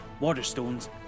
Waterstones